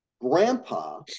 Grandpa